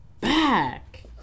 back